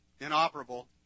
inoperable